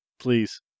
Please